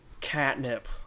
catnip